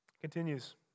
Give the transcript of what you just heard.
Continues